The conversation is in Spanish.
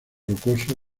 rocoso